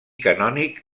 canònic